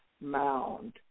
mound